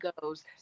goes